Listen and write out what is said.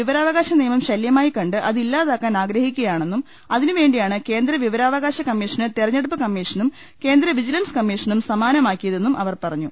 വിവരാവകാശ നിയമം ശല്യമായി കണ്ട് അതില്ലാതാക്കാൻ ആഗ്രഹിക്കുകയാണെന്നും അതിന് വേണ്ടി യാണ് കേന്ദ്ര വിവരാവകാശ കമ്മീഷനെ തെരഞ്ഞെടുപ്പ് കമ്മീ ഷനും കേന്ദ്ര പ്രിജിലൻസ് കമ്മീഷനും സമാനമാക്കിയതെന്നും അവർ പറഞ്ഞു